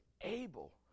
able